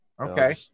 Okay